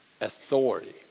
authority